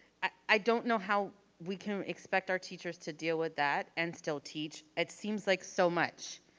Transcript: i don't know how we can expect our teachers to deal with that and still teach. it seems like so much.